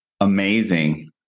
Amazing